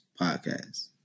Podcast